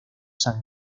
san